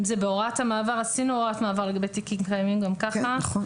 אם זה בהוראת המעבר - עשינו הוראת מעבר לגבי תיקים קיימים מי